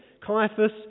Caiaphas